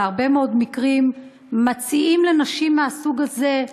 בהרבה מאוד מקרים מציעים לנשים מהסוג הזה,